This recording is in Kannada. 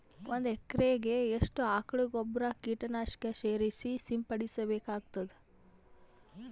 ಒಂದು ಎಕರೆಗೆ ಎಷ್ಟು ಆಕಳ ಗೊಬ್ಬರ ಕೀಟನಾಶಕ ಸೇರಿಸಿ ಸಿಂಪಡಸಬೇಕಾಗತದಾ?